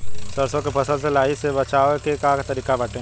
सरसो के फसल से लाही से बचाव के का तरीका बाटे?